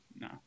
no